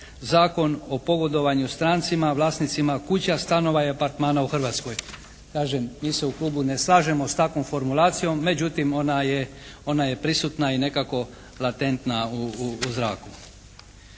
Zakon o pogodovanju strancima, vlasnicima kuća, stanova i apartmana u Hrvatskoj. Kažem, mi se u klubu ne slažemo sa takvom formulacijom. Međutim, ona je prisutna i nekako latentna u zraku.